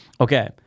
Okay